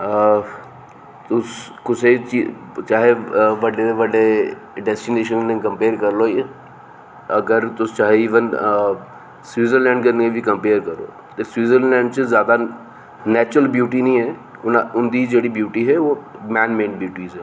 हां तुस कुसै चीज़ चाहे बड्डे तू बड्डे डेस्टीनेशन कन्नै कम्पेयर करी लैओ अगर तुस चाह्गे इवन स्विट्जरलैंड कन्नै बी कम्पेयर करो ते स्विट्जरलैंड च ज्यादा नेचरल ब्यूटी नेईं ऐ उंदी जेह्ड़ी ब्यूटी ऐ ओह् मेन मेड ब्यूटी ऐ